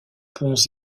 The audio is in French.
ponts